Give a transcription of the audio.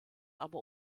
aber